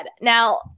Now